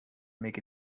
make